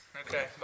Okay